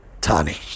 Tani